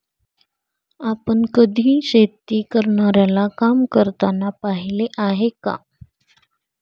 आपण कधी शेती करणाऱ्याला काम करताना पाहिले आहे का?